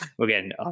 Again